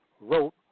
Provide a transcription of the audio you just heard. wrote